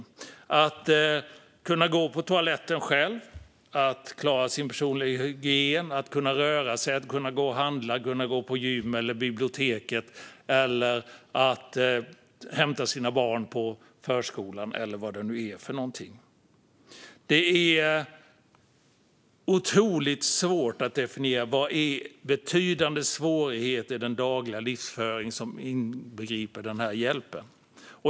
Det handlar om att kunna gå på toaletten själv, att kunna klara sin personliga hygien, att kunna röra sig, att kunna gå och handla, att kunna gå på gym eller till biblioteket eller att kunna hämta sina barn på förskolan eller vad det nu är för något. Det är otroligt svårt att definiera vad som är betydande svårighet i den dagliga livsföringen, som inbegriper den här hjälpen.